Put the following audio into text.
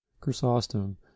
Chrysostom